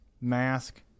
mask